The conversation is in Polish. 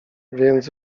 więc